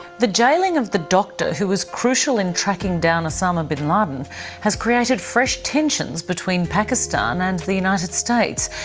the jailing of the doctor who was crucial in tracking down osama bin laden and has created fresh tensions between pakistan and the united states.